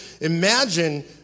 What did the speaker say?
imagine